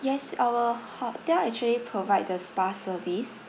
yes our hotel actually provide the spa service